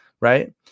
right